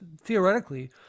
theoretically